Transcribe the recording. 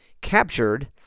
captured